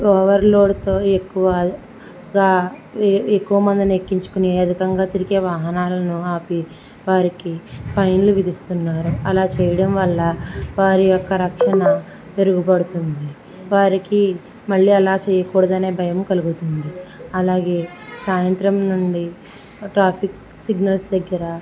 over లోడ్తో ఎక్కువగా ఎక్కువ మందిని ఎక్కించుకుని అధికంగా తిరిగే వాహనాలను ఆపి వారికి ఫైన్లు విధిస్తున్నారు అలా చెయ్యడం వల్ల వారి యొక్క రక్షణ మెరుగుపడుతుంది వారికి మళ్ళీ అలా చెయ్యకూడదు అనే భయం కలుగుతుంది అలాగే సాయంత్రం నుండి ట్రాఫిక్ సిగ్నల్స్ దగ్గర